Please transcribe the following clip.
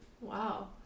Wow